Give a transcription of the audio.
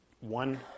One